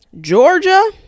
georgia